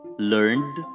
Learned